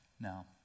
Now